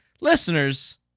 listeners